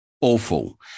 awful